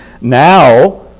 now